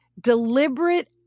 Deliberate